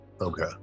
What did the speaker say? Okay